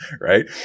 right